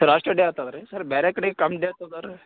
sir ಅಷ್ಟ್ day ಆಗ್ತದೆ ರೀ ಸರ್ ಬೇರೆ ಕಡೆ ಕಮ್ಮಿ ಡೇ